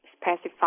specify